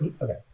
Okay